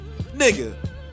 Nigga